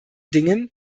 dingen